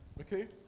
okay